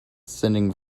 sending